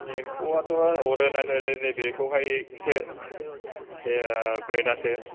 एम्फौआथ' अरो ना दा नै नै बेखौहायसो ओ ब्रेडासो